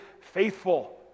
faithful